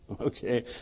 okay